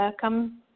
come